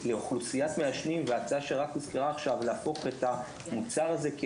לאוכלוסיית מעשנים וההצעה שרק הוזכרה עכשיו להפוך את המוצר הזה,